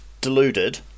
deluded